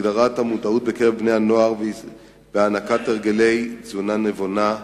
בקרב בני-הנוער בהענקת הרגלי תזונה נבונה,